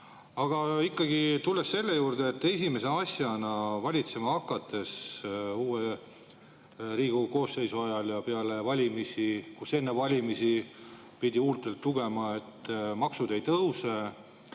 Aga tulles selle juurde, [mida tehti] esimese asjana valitsema hakates uue Riigikogu koosseisu ajal ja peale valimisi. Kui enne valimisi pidi huultelt lugema, et maksud ei tõuse,